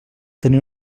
tenia